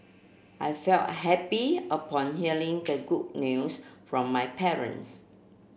I felt happy upon hearing the good news from my parents